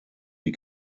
die